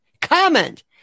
comment